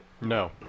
No